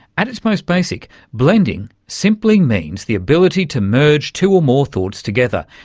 at its most basic, blending simply means the ability to merge two or more thoughts together,